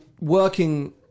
working